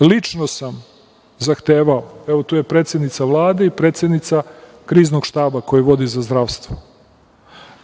lično sam zahtevao, evo tu je predsednica Vlade i predsednica Kriznog štaba koji vodi za zdravstvo,